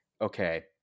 okay